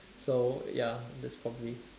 so ya that's for me